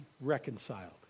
reconciled